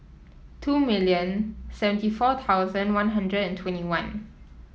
two million seventy four thousand One Hundred and twenty one